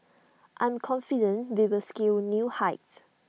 I'm confident we will scale new heights